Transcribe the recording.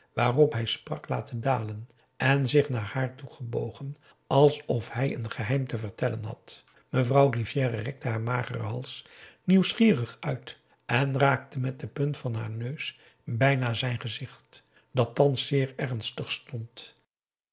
waarop hij sprak laten dalen en zich naar haar toe gebogen alsof hij een geheim te vertellen had mevrouw rivière rekte haar magere hals nieuwsgierig uit en raakte met de punt van haar neus bijna zijn gezicht dat thans zeer ernstig stond